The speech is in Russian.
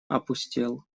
опустел